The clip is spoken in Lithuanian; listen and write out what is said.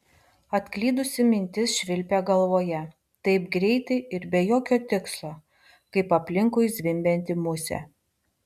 atklydusi mintis švilpė galvoje taip greitai ir be jokio tikslo kaip aplinkui zvimbianti musė